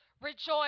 rejoice